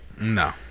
No